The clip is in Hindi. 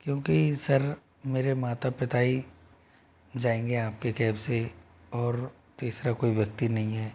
क्योंकि सर मेरे माता पिता ही जाएंगे आपके कैब से और तीसरा कोई व्यक्ति नहीं है